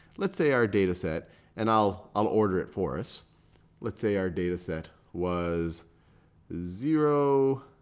let's say our data set and i'll i'll order it for us let's say our data set was zero,